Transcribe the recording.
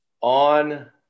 on